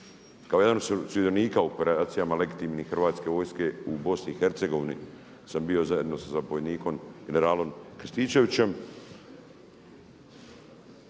Kao jedan od sudionika u operacijama legitimnim Hrvatske vojske u BiH sam bio zajedno sa zapovjednikom generalom Krstičevićem,